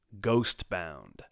Ghostbound